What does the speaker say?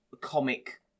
Comic